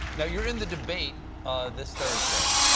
you're in the debate this thursday.